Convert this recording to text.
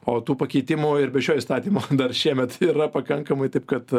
o tų pakeitimų ir be šio įstatymo dar šiemet yra pakankamai taip kad